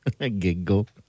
Giggle